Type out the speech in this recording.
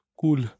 Cool